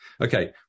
Okay